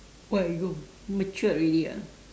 why I go matured already ah